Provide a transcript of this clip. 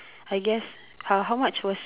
I guess uh how much was